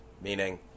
meaning